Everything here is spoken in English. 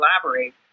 collaborate